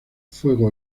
fuego